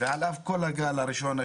כל הגל הראשון,